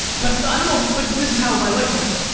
but i don't know, but this is how my life works.